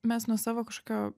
mes nuo savo kažkokio